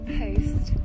post